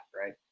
right